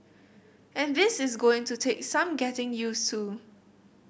and this is going to take some getting use to